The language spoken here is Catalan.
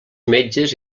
metges